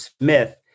Smith